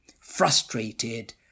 frustrated